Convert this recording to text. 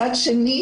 מצד שני,